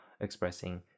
expressing